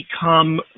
become